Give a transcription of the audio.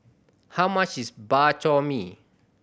how much is Bak Chor Mee